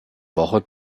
woche